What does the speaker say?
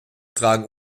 tragen